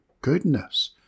goodness